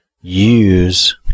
use